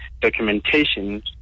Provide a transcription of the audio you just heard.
documentation